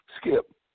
Skip